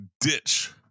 ditch